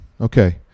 Okay